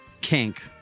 kink